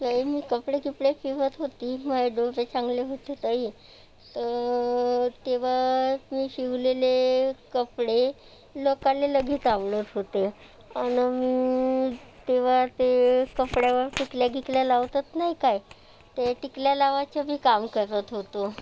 जेही मी कपडे किपडे शिवत होती माझे दोचे चांगले होते तरी तर तेव्हा मी शिवलेले कपडे लोकाला लगेच आवडत होते आणि मी तेव्हा ते कपड्यावर टिकल्या गिकल्या लावतात नाही काय ते टिकल्या लावायचं बी काम करत होतो